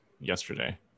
yesterday